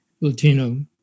Latino